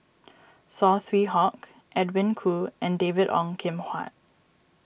Saw Swee Hock Edwin Koo and David Ong Kim Huat